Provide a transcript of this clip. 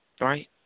Right